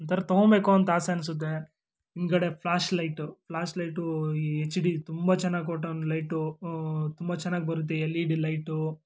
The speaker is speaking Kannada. ಒಂಥರ ತೊಗೊಂಬೇಕು ಅಂತ ಆಸೆ ಅನ್ನಿಸುತ್ತೆ ಹಿಂದ್ಗಡೆ ಫ್ಲ್ಯಾಶ್ ಲೈಟು ಫ್ಲ್ಯಾಶ್ ಲೈಟು ಈ ಎಚ್ ಡಿ ತುಂಬ ಚೆನ್ನಾಗಿ ಕೊಟ್ಟವ್ನೆ ಲೈಟು ತುಂಬ ಚೆನ್ನಾಗಿ ಬರುತ್ತೆ ಎಲ್ ಇ ಡಿ ಲೈಟು